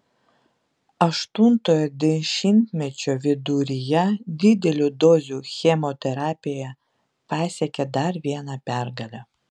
aštuntojo dešimtmečio viduryje didelių dozių chemoterapija pasiekė dar vieną pergalę